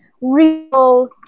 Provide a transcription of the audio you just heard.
real